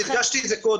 אני הדגשתי את זה קודם.